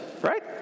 right